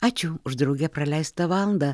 ačiū už drauge praleistą valandą